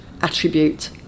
attribute